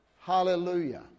Hallelujah